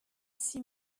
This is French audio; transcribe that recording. six